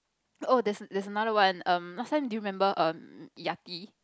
oh there's there's another one um last time do you remember um Yaki